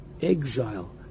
exile